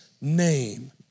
name